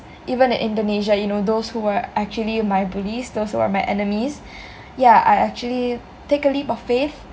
even in indonesia you know those who were actually my bullies those who were my enemies yah I actually take a leap of faith